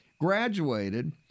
graduated